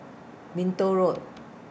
Minto Road